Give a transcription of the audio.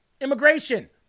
immigration